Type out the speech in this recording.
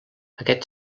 aquest